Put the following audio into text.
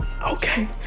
okay